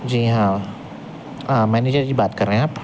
جی ہاں مینیجر جی بات کر رہے ہیں آپ ہاں